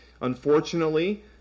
unfortunately